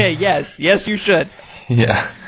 yeah yes. yes, you should yeah.